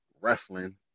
Wrestling